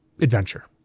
adventure